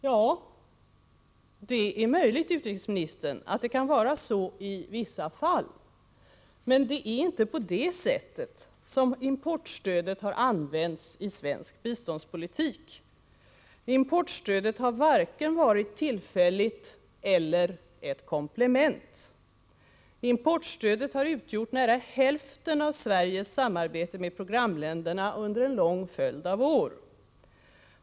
Ja, det är möjligt, utrikesministern, att det kan vara så i vissa fall. Men det är inte på det sättet som importstödet har använts i svensk biståndspolitik. Importstödet har varken varit tillfälligt eller utgjort ett komplement. Importstödet har utgjort nära hälften av Sveriges samarbete med programländerna under en lång följd av år.